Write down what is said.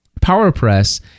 PowerPress